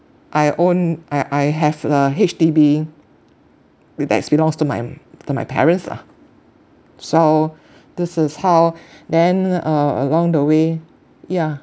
I own I I have the H_D_B which that is belongs to my to my parents lah so this is how then uh along the way yeah